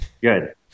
Good